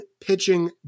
pitching